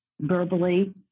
verbally